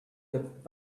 kept